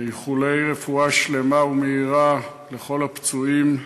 ואיחולי רפואה שלמה ומהירה לכל הפצועים,